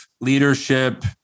leadership